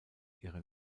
ihre